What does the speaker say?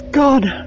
gone